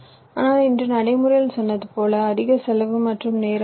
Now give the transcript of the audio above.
ஆனால் இன்று நடைமுறையில் சொன்னது போலவே அதிக செலவு மற்றும் நேரம் ஆகும்